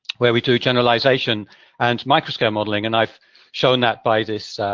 where we do generalization and microscale modeling. and i've shown that by this